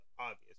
Obvious